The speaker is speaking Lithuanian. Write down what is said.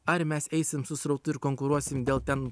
ar mes eisim su srautu ir konkuruosim dėl ten